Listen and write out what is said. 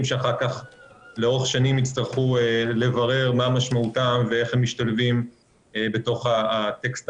שלאורך שנים יצטרכו לברר מה משמעותם ואיך הם משתלבים בתוך הטקסט